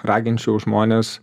raginčiau žmones